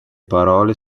parole